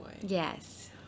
Yes